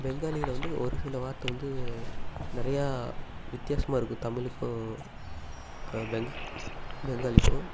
பெங்காலியில வந்து ஒரு சில வார்த்தை வந்து நிறையா வித்யாசமாக இருக்கும் தமிழுக்கும் பெங் பெங்காலிக்கும்